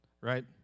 Right